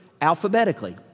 alphabetically